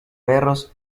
perros